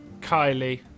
Kylie